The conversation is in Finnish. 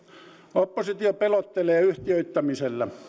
oppositio pelottelee yhtiöittämisellä